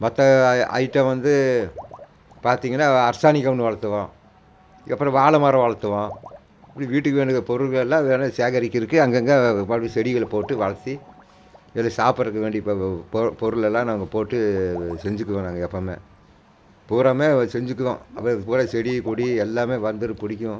மற்ற ஐட்டம் வந்து பார்த்தீங்கன்னா அரசாணி கன்று வளர்த்துவோம் இதுக்கப்புறோம் வாழை மரம் வளர்த்துவோம் வீட்டுக்கு வேணுங்கிற பொருள்கள் எல்லாம் சேகரிக்கிறதுக்கு அங்கேங்க செடிகளை போட்டு வளர்த்தி இது சாப்பிட்றக்கு வேண்டிய பொருள் பொ பொருளெல்லாம் நாங்கள் போட்டு செஞ்சுக்கிவோம் நாங்கள் எப்போவுமே பூராவுமே செஞ்சுக்கிவோம் அப்புறோம் பூரா செடி கொடி எல்லாமே வந்துரும் பிடிக்கும்